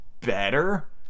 better